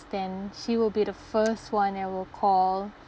then she will be the first one I will call